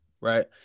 right